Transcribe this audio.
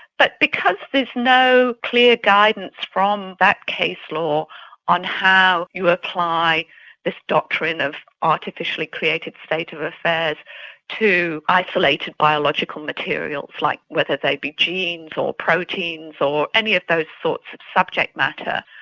but because there is no clear guidance from that case law on how you apply this doctrine of artificially created state of affairs to isolated biological materials like whether they'd be genes or proteins or any of those sorts of subject matter,